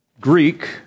Greek